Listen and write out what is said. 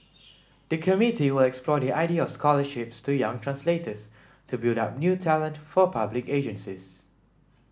the committee will explore the idea of scholarships to young translators to build up new talent for public agencies